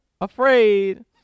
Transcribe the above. afraid